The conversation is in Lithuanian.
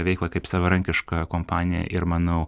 veiklą kaip savarankiška kompanija ir manau